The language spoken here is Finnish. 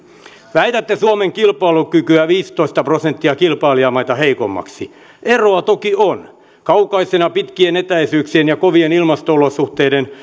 väitätte suomen kilpailukykyä viisitoista prosenttia kilpailijamaita heikommaksi eroa toki on kaukaisena pitkien etäisyyksien ja kovien ilmasto olosuhteiden